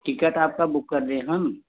ticket आपका book कर दें हम